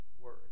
word